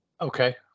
Okay